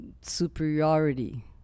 superiority